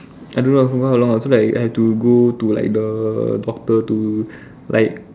I don't know for how long so like I have to go to like the doctor to like